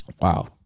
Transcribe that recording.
wow